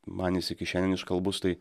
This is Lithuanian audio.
man jis iki šiandien iškalbus tai